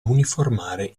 uniformare